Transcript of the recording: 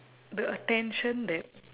the attention that